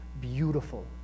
beautiful